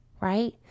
right